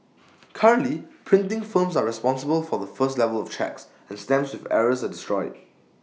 currently printing firms are responsible for the first level of checks and stamps with errors are destroyed